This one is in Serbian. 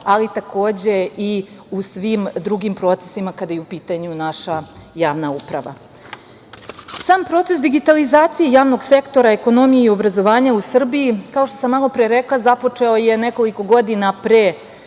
ali takođe i u svim drugim procesima kada je u pitanju naša javna uprava. Sam proces digitalizacije javnog sektora, ekonomije i obrazovanja u Srbiji, kao što sam malo pre rekla, započeo je nekoliko godina pre